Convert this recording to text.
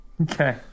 Okay